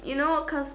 you know cause